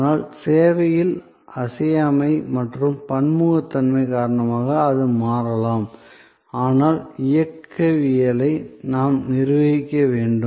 ஆனால் சேவையில் அசையாமை மற்றும் பன்முகத்தன்மை காரணமாக அது மாறலாம் ஆனால் இயக்கவியலை நாம் நிர்வகிக்க வேண்டும்